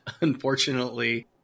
unfortunately